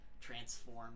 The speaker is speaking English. transform